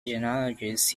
genealogies